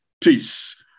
peace